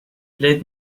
let